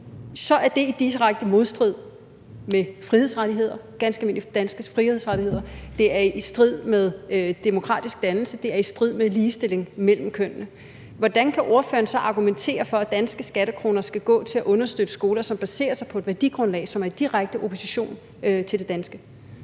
er det i direkte modstrid med frihedsrettigheder, ganske almindelige danske frihedsrettigheder. Det er i strid med demokratisk dannelse, det er i strid med ligestilling mellem kønnene. Hvordan kan ordføreren så argumentere for, at danske skattekroner skal gå til at understøtte skoler, der baserer sig på et værdigrundlag, som er i direkte opposition til det danske?